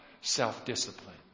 self-discipline